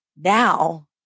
now